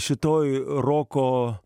šitoj roko